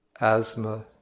asthma